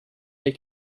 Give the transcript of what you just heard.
they